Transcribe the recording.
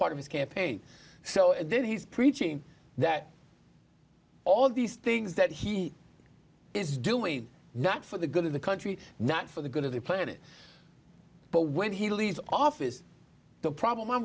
part of his campaign so then he's preaching that all these things that he is doing not for the good of the country not for the good of the planet but when he leaves office the problem